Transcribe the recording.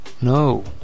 No